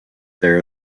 there